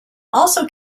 also